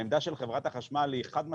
העמדה של חברת החשמל היא חד משמעית,